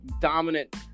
dominant